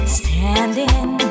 standing